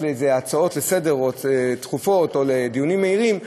להצעות דחופות לסדר-היום או לדיונים מהירים,